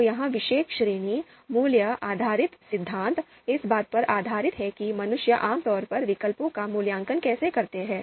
तो यह विशेष श्रेणी मूल्य आधारित सिद्धांत इस बात पर आधारित है कि मनुष्य आमतौर पर विकल्पों का मूल्यांकन कैसे करते हैं